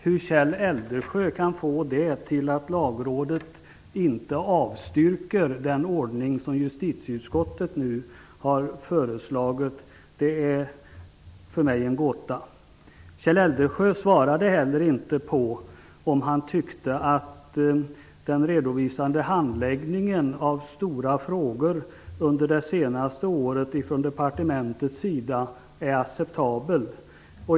Hur Kjell Eldensjö kan få det till att Lagrådet inte avstyrker den ordning som justitieutskottet nu har föreslagit är för mig en gåta. Kjell Eldensjö svarade heller inte på frågan om han tyckte att den redovisade handläggningen av stora frågor under det senaste året från departementets sida är acceptabel.